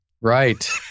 Right